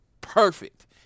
perfect